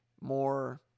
more